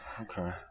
okay